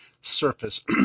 Surface